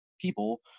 people